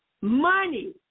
money